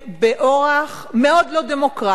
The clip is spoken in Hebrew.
באורח מאוד לא דמוקרטי,